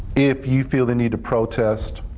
if you feel the need. to protest.